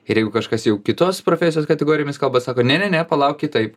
ir jeigu kažkas jau kitos profesijos kategorijomis kalba sako ne ne ne palauk kitaip